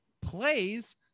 plays